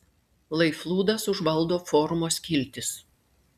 lai flūdas užvaldo forumo skiltis